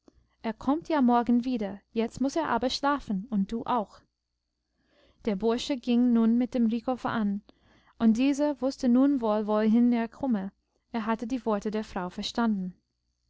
er kommt ja morgen wieder jetzt muß er aber schlafen und du auch der bursche ging nun dem rico voran und dieser wußte nun wohl wohin er komme er hatte die worte der frau verstanden